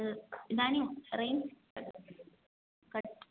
इदानीं range cut